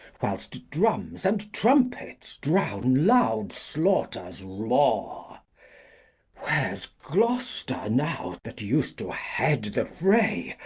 whilst drums and trumpets drown loud slaughters roar where's gloster now that us'd to head the fray,